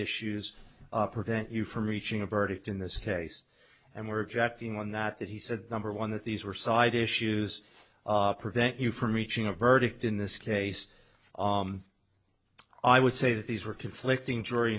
issues prevent you from reaching a verdict in this case and were objecting one that he said number one that these were side issues prevent you from reaching a verdict in this case i would say that these were conflicting jury